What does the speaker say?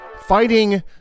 fighting